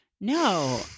No